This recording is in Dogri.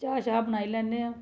खाल्ली